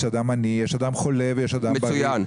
אדם עני; יש אדם חולה ויש אדם בריא --- מצוין.